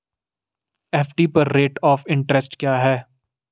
FD पर rate of interest क्या है?